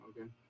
Okay